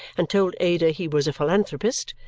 and told ada he was a philanthropist,